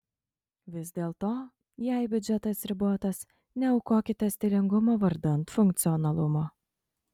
vis dėlto jei biudžetas ribotas neaukokite stilingumo vardan funkcionalumo